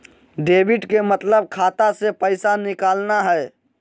debit के मतलब खाता से पैसा निकलना हय